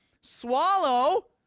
swallow